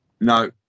No